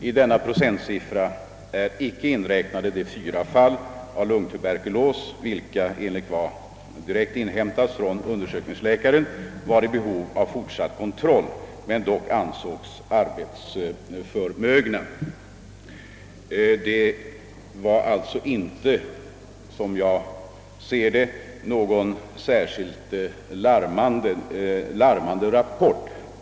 I denna procentsiffra är de fyra fall av lungtuberkulos inte inräknade vilka, enligt vad som direkt inhämtats från undersökningsläkaren, var i behov av fortsatt kontroll men dock ansågs arbetsför mögna. Det var inte, enligt min mening, någon särskilt larmande rapport.